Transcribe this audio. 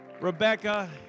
Rebecca